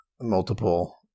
multiple